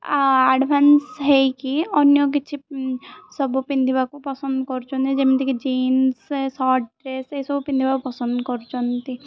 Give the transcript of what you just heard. ଆ advance ହେଇକି ଅନ୍ୟ କିଛି ସବୁ ପିନ୍ଧିବାକୁ ପସନ୍ଦ କରୁଛନ୍ତି ଯେମିତିକି ଜିନ୍ସ ସାର୍ଟ ଡ୍ରେସ୍ ଏସବୁ ପିନ୍ଧିବାକୁ ପସନ୍ଦ କରୁଛନ୍ତି